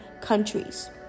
countries